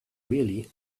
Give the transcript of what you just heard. really